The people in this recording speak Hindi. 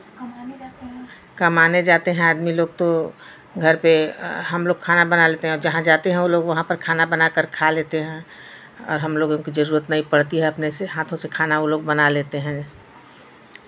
कमाने जाते हैं आदमी लोग तो घर पे हमलोग खाना बना लेते हैं और जहाँ जाते हैं वो लोग वहाँ पर खाना बना कर खा लेते हैं और हमलोगों की जरूरत नहीं पड़ती है अपने से हाथों से खाना वो लोग बना लेते हैं